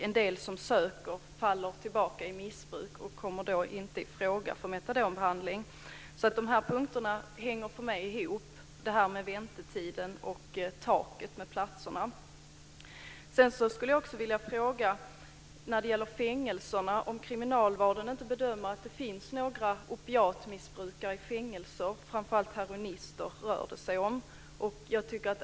En del som söker faller tillbaka i missbruk och kommer då inte ifråga för metadonbehandling. De här punkterna hänger för mig ihop, väntetiden och taket för platserna. Jag skulle också när det gäller fängelserna vilja fråga om kriminalvården inte bedömer att det finns några opiatmissbrukare i fängelserna, framför allt rör det sig om heroinister.